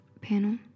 panel